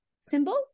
symbols